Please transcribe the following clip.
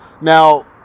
now